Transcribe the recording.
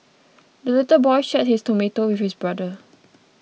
the little boy shared his tomato with his brother